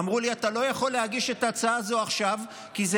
אמרו לי: אתה לא יכול להגיש את ההצעה הזאת עכשיו כי זה